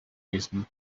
reason